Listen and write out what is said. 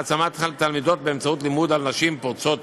להעצמת תלמידות באמצעות לימוד על נשים פורצות